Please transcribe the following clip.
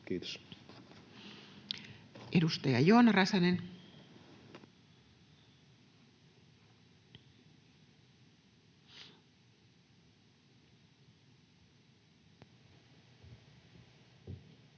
Kiitos. Edustaja Joona Räsänen. Arvoisa